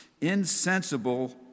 insensible